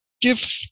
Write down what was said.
give